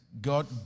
God